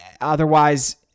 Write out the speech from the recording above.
otherwise